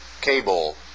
cable